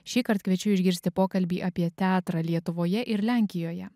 šįkart kviečiu išgirsti pokalbį apie teatrą lietuvoje ir lenkijoje